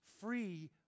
free